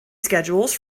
schedules